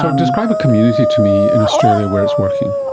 describe a community to me in australia where it's working.